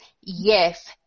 yes